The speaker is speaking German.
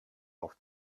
auf